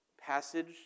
passage